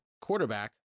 quarterback